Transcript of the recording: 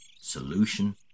solution